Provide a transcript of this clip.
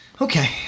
Okay